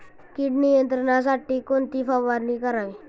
कीड नियंत्रणासाठी कोणती फवारणी करावी?